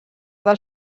del